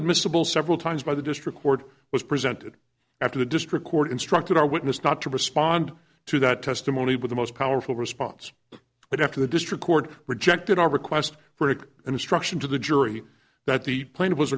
admissible several times by the district court was presented after the district court instructed our witness not to respond to that testimony but the most powerful response but after the district court rejected our request for an instruction to the jury that the plane was